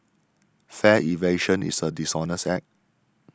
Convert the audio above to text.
fare evasion is a dishonest act